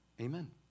Amen